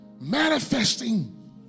manifesting